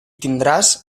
tindràs